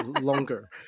longer